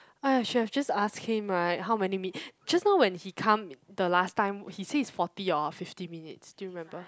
!aiya! should have asked him right how many minute just now when he come the last time he say is forty or fifty minutes do you remember